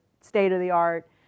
state-of-the-art